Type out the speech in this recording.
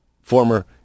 former